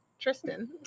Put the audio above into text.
Tristan